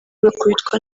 bakubitwa